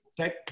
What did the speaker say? Okay